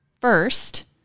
first